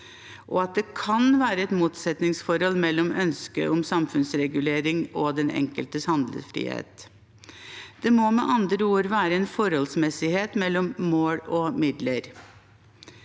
og at det kan være et motsetningsforhold mellom ønsket om samfunnsregulering og den enkeltes handlefrihet. Det må med andre ord være en forholdsmessighet mellom mål og midler.